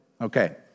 Okay